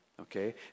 okay